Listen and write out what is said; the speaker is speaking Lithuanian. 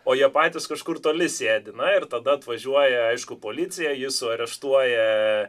o jie patys kažkur toli sėlina ir tada atvažiuoja aišku policija jūsų areštuoja